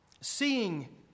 Seeing